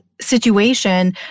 situation